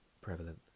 prevalent